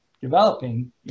developing